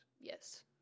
Yes